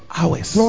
hours